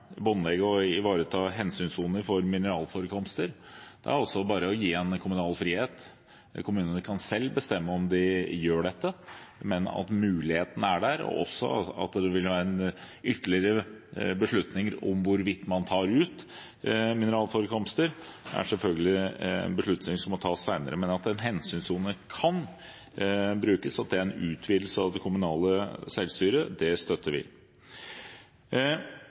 båndlegge og ivareta hensynssoner for mineralforekomster. Det er altså bare snakk om å gi en kommunal frihet. Kommunene kan selv bestemme om de gjør dette, men muligheten er der. Ytterligere beslutninger om hvorvidt man tar ut mineralforekomster, er selvfølgelig beslutninger som må tas senere, men at en hensynssone kan brukes, og at det er en utvidelse av det kommunale selvstyret, støtter vi.